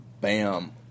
bam